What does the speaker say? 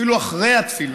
אפילו אחרי התפילה,